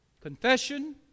Confession